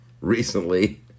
recently